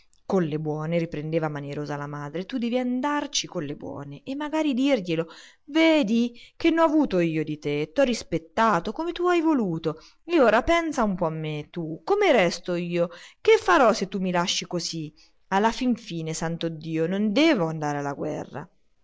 con le buone riprendeva manierosa la madre tu devi andarci con le buone e magari dirglielo vedi che n'ho avuto io di te t'ho rispettato come tu hai voluto ma ora pensa un po a me tu come resto io che farò se tu mi lasci così alla fin fine santo dio non deve andare alla guerra